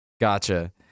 Gotcha